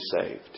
saved